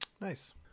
Nice